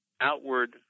outward